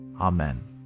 amen